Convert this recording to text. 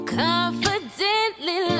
confidently